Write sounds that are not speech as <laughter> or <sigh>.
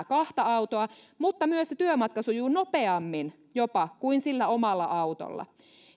<unintelligible> kahta autoa mutta myös se työmatka sujuu jopa nopeammin kuin omalla autolla